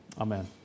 Amen